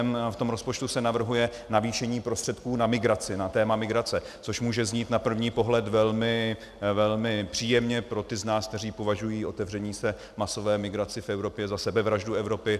V tom rozpočtu se navrhuje navýšení prostředků na migraci, na téma migrace, což může znít na první pohled velmi příjemně pro ty z nás, kteří považují otevření se masové migraci v Evropě za sebevraždu Evropy.